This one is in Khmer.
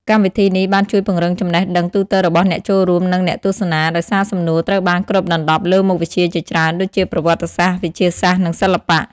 កម្មវិធីនេះបានជួយពង្រីកចំណេះដឹងទូទៅរបស់អ្នកចូលរួម និងអ្នកទស្សនា ដោយសារសំណួរត្រូវបានគ្របដណ្ដប់លើមុខវិជ្ជាជាច្រើនដូចជា ប្រវត្តិសាស្ត្រ វិទ្យាសាស្ត្រ និងសិល្បៈ។